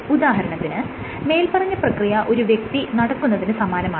ഉദാഹരണത്തിന് മേല്പറഞ്ഞ പ്രക്രിയ ഒരു വ്യക്തി നടക്കുന്നതിന് സമാനമാണ്